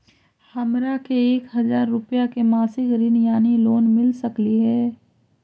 हमरा के एक हजार रुपया के मासिक ऋण यानी लोन मिल सकली हे?